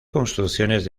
construcciones